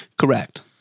Correct